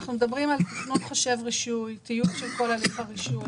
אנחנו מדברים על טיוב של כל הליך הרישוי,